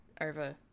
over